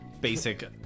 basic